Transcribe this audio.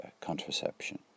contraception